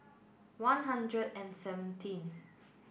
one hundred and seventeen